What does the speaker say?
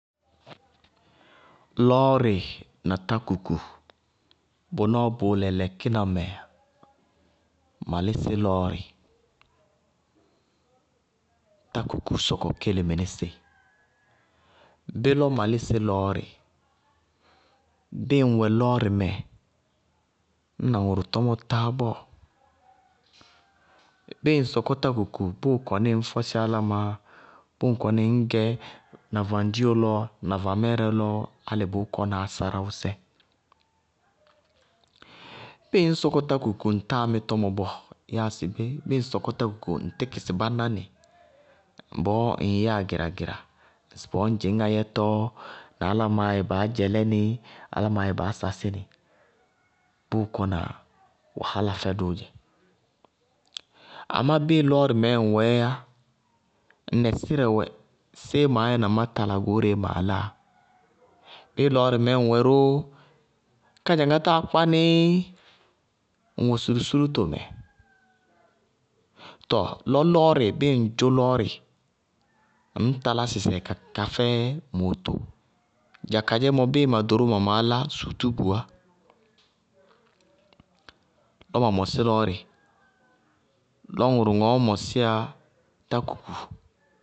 Lɔɔrɩ na tákuku, bʋ nɔɔ bʋʋlɛ lɛkɩnamɛ, ma lɩsɩ lɔɔrɩ. Tákukuú sɔkɔ kéle mɩnɩsɩɩ. Bé lɔɔ ma lísɩ lɔɔrɩ? Ñŋ wɛ lɔɔrɩ mɛ, ñna ŋʋrʋ tɔmɔ táábɔɔ. Bíɩ ŋ sɔkɔ tákuku, bʋʋ kɔní ŋñ fɔsɩ álámɩnáá bʋʋ kɔnɩ ŋñ gɛ na vandio lɔ na vamɛɛrɛ lɔ álɩ bʋʋ kɔna ásáráʋsɛ. Bíɩ ŋñ sɔkɔ tákuku, ŋtáa mí tɔmɔ bɔɔ. Yáa sɩbé, ñŋ sɔkɔ tákuku, ŋ tíkɩ sɩ bá nánɩ bɔɔ ŋŋgɛyá gɩra-gɩra, ŋsɩ bɔɔ ñ dzɩñŋá yɛtɔ na álámɩnáá yɛ baá dzɛlɛnɩɩ, álámɩnááyɛ baá sásɩnɩ, bʋʋ kɔna fɛdʋ wahálaá dzɛ. Amá bíɩ lɔɔrɩ mɛɛ ŋwɛɛyá, ŋ nɛsɩrɛ wɛ séé maá yɛ na má tala goóreé maa láa. Bíɩ lɔɔrɩ mɛɛ ŋ wɛ róó, kádzaŋá táa kpá nɩí, ŋwɛ sulusúlútomɛ, tɔɔ lɔ lɔɔrɩ ñŋ dzʋ lɔɔrɩ, ŋñ talá sɩsɛɩ ka káfɛ mootóo. Too dza kadzémɔ bíɩ ma ɖoró mawɛ maálá sútúbuá lɔ ma mɔsɩ lɔɔrɩ, lɔ ŋʋrʋ ŋɔɔ mɔsɩyá tákuku.